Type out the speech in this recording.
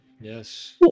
Yes